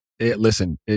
listen